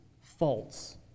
false